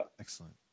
Excellent